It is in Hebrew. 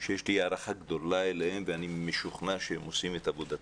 שיש לי הערכה גדולה אליהם ואני משוכנע שהם עושים את עבודתם,